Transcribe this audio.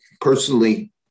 personally